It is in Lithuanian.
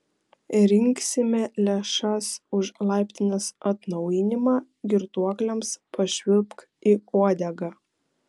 rinksime lėšas už laiptinės atnaujinimą girtuokliams pašvilpk į uodegą